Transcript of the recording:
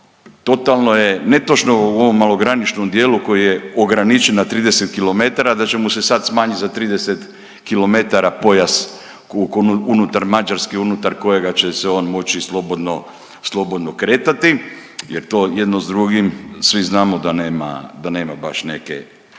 totalno je netočno u ovom malograničnom dijelu koje je ograničeno na 30 km, da će mu se sad smanjiti za 30 km pojas unutar Mađarske, unutar kojega će se on moći slobodno, slobodno kretati jer to jedno s drugim, svi znamo da nema, da nema